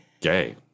Gay